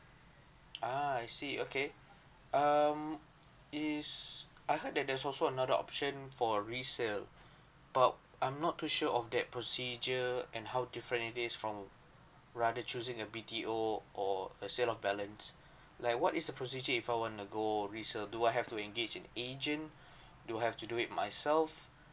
ah I see okay um is I heard that there's also another option for resale but I'm not too sure of that procedure and how different it is from rather choosing a B_T_O or a sale of balance like what is the procedure if I want to go resale do I have to engage in agent do I have to do it myself